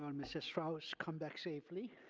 um and mrs. strauss, come back safely.